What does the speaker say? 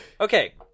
Okay